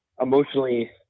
emotionally